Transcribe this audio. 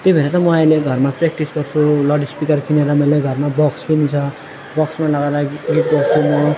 त्यही भएर त म अहिले घरमा प्र्याक्टिस गर्छु लाउड स्पिकर किनेर मैले घरमा बक्स पनि छ बक्समा लगाएर गीत गाउँछु म